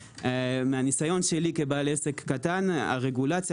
מהניסיון שלי כבעל עסק קטן הרגולציה